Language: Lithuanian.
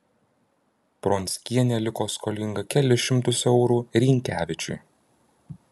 pronckienė liko skolinga kelis šimtus eurų rynkevičiui